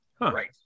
right